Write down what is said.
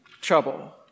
trouble